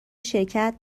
شرکت